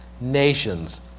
nations